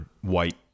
white